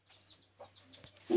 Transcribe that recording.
हल्दी उखरवार समय कब से शुरू होचए?